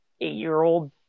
eight-year-old